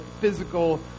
physical